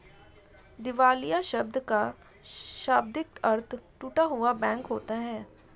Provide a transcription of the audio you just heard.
दिवालिया शब्द का शाब्दिक अर्थ टूटा हुआ बैंक होता है